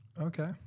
okay